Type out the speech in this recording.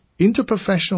interprofessional